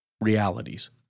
realities